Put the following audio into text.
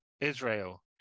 Israel